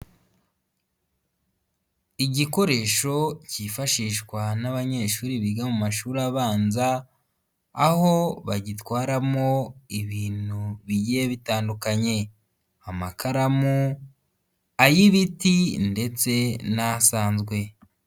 Igikoresho kifashishwa n'abanyeshuri biga mu mashuri abanza, aho bagitwaramo ibintu bigiye bitandukanye amakaramu, ay'ibiti ndetse n'asanzwe.